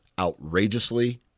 outrageously